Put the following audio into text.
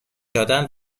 دادن